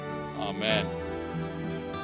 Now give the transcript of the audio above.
Amen